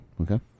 Okay